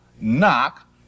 Knock